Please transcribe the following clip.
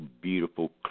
beautiful